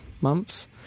months